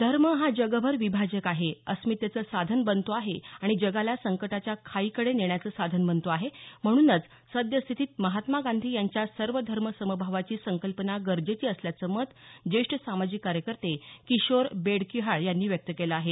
धर्म हा जगभर विभाजक आहे अस्मितेचं साधन बनतो आहे आणि जगाला संकटाच्या खाईकडे नेण्याचं साधन बनतो आहे म्हणून सद्यस्थितीत महात्मा गांधी यांच्या सर्व धर्मसमभावाची संकल्पना गरजेची असल्याचं मत ज्येष्ठ सामाजिक कार्यकर्ते किशोर बेडकिहाळ यांनी व्यक्त केलं आहे